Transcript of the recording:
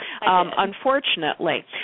Unfortunately